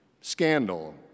scandal